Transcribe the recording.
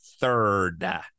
Third